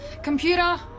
Computer